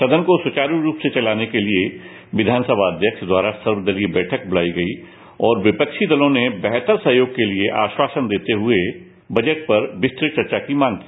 सदन को सुचारू रूप से चलाने के लिए विधानसभा अघ्यक्ष द्वारा सर्व दलीय बैठक बुलाई गई और विपक्षी दलों ने बेहतर सहयोग के लिए आश्वासन देते हुए बजट पर विस्तृत चर्चा की माग की